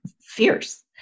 fierce